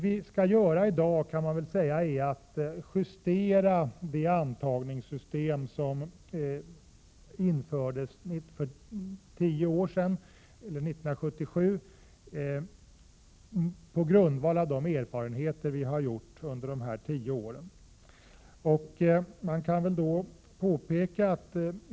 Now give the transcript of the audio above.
Vi skall i dag, på grundval av de erfarenheter vi har gjort under tio år, justera det antagningssystem som infördes 1977.